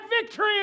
victory